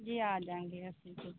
ਜੀ ਆ ਜਾਵਾਂਗੇ ਅਸੀਂ ਫਿਰ